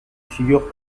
figure